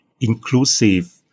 inclusive